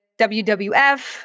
WWF